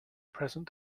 present